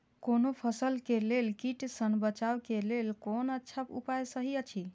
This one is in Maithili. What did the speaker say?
कोनो फसल के लेल कीट सँ बचाव के लेल कोन अच्छा उपाय सहि अछि?